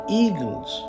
eagles